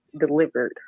delivered